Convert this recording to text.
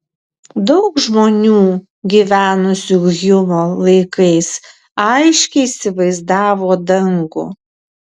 daug žmonių gyvenusių hjumo laikais aiškiai įsivaizdavo dangų